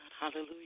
Hallelujah